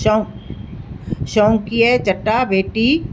चओ शौंक़ीअ चटाभेटी